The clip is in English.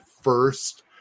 first